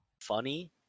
Funny